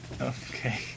Okay